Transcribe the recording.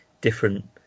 different